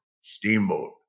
steamboat